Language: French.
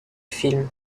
film